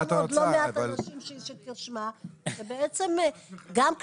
מה את רוצה --- שגם הוא רוצה הנגשה,